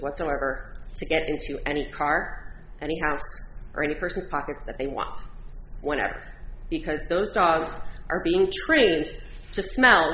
whatsoever to get into any car and house or any person's pockets that they want whenever because those dogs are being trained to smell